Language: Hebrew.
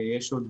יש עוד